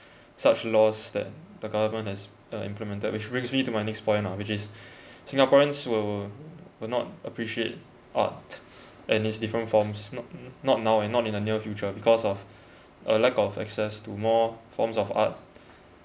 such laws that the government has uh implemented which brings me to my next point lah which is singaporeans will will not appreciate art and its different forms not not now and not in the near future because of uh lack of access to more forms of art